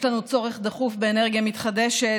יש לנו צורך דחוף באנרגיה מתחדשת,